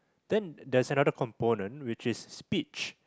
then there's another component which is speech